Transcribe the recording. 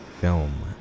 film